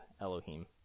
Elohim